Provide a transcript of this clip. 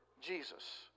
Jesus